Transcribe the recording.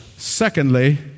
Secondly